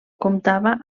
comptava